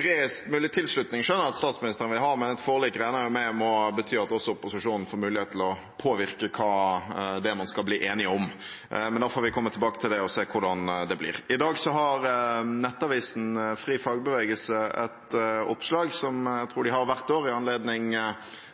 Bredest mulig tilslutning skjønner jeg at statsministeren vil ha, men et forlik regner jeg med må bety at også opposisjonen får mulighet til å påvirke hva det er man skal bli enig om. Men da får vi komme tilbake til det og se hvordan det blir. I dag har nettavisen FriFagbevegelse et oppslag som jeg tror de har hvert år, i anledning